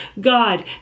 God